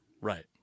right